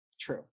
true